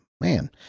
man